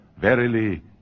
Verily